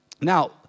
Now